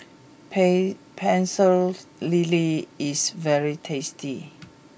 pay Pecel Lele is very tasty